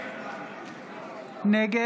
נגד